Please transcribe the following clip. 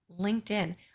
LinkedIn